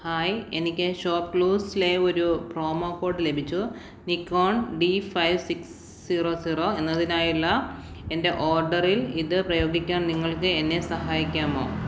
hi എനിക്ക് shop ക്ലൂസിലെ ഒരു പ്രോമോക്കോഡ് ലഭിച്ചു Nikon D five six zero zero എന്നതിനായുള്ള എന്റെ ഓർഡറിൽ ഇത് പ്രയോഗിക്കാൻ നിങ്ങൾക്ക് എന്നെ സഹായിക്കാമോ